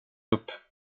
upp